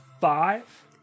Five